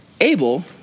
Abel